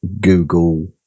Google